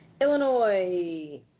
Illinois